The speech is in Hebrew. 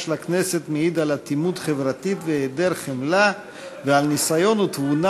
לכנסת המעיד על אטימות חברתית והיעדר חמלה ועל ניסיון ותבונה